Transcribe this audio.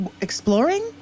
exploring